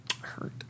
hurt